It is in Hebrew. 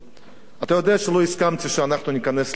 אתה יודע שלא הסכמתי שאנחנו ניכנס לממשלה,